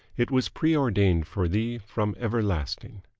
it was preordained for thee from everlasting.